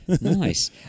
Nice